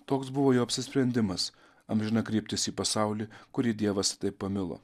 toks buvo jo apsisprendimas amžina kryptis į pasaulį kurį dievas taip pamilo